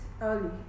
early